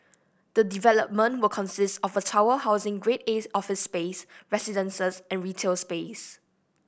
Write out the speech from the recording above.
the development will consist of a tower housing Grade A office space residences and retail space